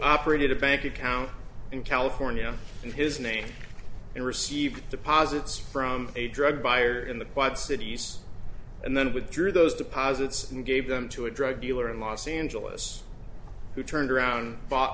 operated a bank account in california in his name and received deposits from a drug buyer in the quad cities and then with drew those deposits and gave them to a drug dealer in los angeles who turned around bought